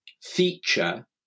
Feature